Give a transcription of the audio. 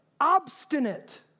obstinate